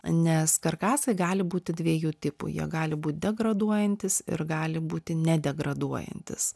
nes karkasai gali būti dviejų tipų jie gali būt degraduojantys ir gali būti nedegraduojantys